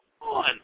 on